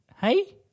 Hey